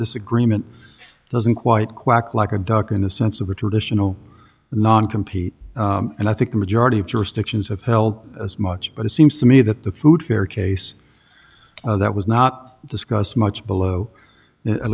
this agreement doesn't quite quack like a duck in the sense of a traditional non compete and i think the majority of jurisdictions have hell as much but it seems to me that the food fair case that was not discussed much below